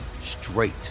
straight